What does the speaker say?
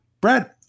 Brad